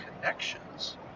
connections